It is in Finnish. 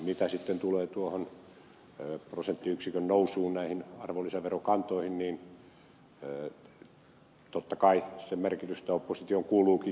mitä sitten tulee tuohon prosenttiyksikön nousuun näihin arvonlisäkantoihin niin totta kai sen merkitystä opposition kuuluukin liioitella